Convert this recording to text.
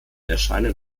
erscheinen